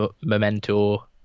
memento